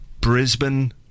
Brisbane